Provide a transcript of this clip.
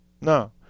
No